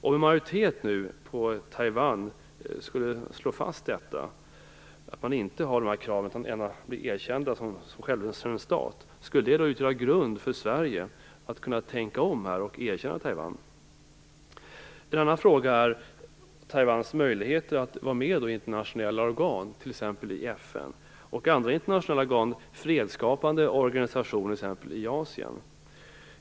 Om en majoritet på Taiwan nu skulle slå fast att man inte har detta krav utan vill att Taiwan skall bli erkänt som självständig stat, skulle det utgöra grund för Sverige att kunna tänka om och erkänna Taiwan? En annan fråga är Taiwans möjligheter att vara med i internationella organ, t.ex. i FN och i fredsskapande organisationer i Asien?